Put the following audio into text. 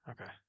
Okay